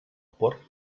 porc